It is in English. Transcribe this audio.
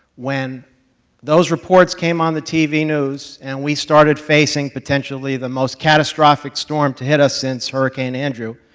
when those reports came on the tv news and we started facing potentially the most catastrophic storm to hit us since hurricane andrew,